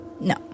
No